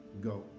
go